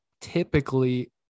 typically